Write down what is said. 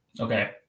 okay